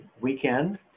weekend